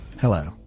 Hello